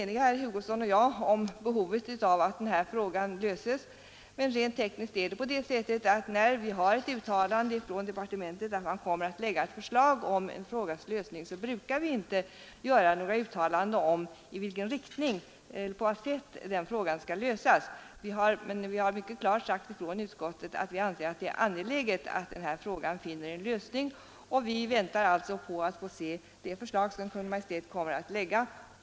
Nu är herr Hugosson och jag i sak rörande eniga om behovet av att frågan löses, men rent tekniskt är det på det sättet att när vi har en förklaring från departementet om att man kommer att lägga fram ett förslag om en frågas lösning, så brukar vi inte göra några uttalanden om i vilken riktning eller på vad sätt den frågan skall lösas. Vi har emellertid i utskottet mycket klart sagt ifrån att det är angeläget att denna fråga får en lösning. Vi väntar alltså på att få se det förslag som Kungl. Maj:t kommer att lägga.